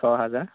ওঠৰ হাজাৰ